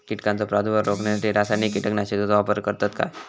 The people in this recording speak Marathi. कीटकांचो प्रादुर्भाव रोखण्यासाठी रासायनिक कीटकनाशकाचो वापर करतत काय?